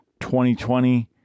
2020